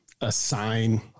assign